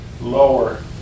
lower